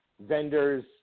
vendors